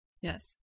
Yes